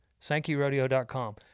Sankeyrodeo.com